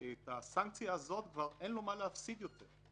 בסנקציה הזו כבר אין לו מה להפסיד יותר.